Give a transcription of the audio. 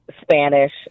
Spanish